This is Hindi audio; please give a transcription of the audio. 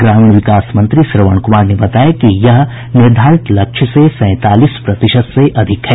ग्रामीण विकास मंत्री श्रवण कुमार ने बताया कि यह निर्धारित लक्ष्य से सैंतालीस प्रतिशत अधिक है